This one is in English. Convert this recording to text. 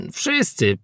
wszyscy